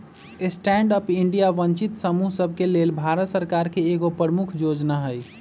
stand up India वंचित समूह सभके लेल भारत सरकार के एगो प्रमुख जोजना हइ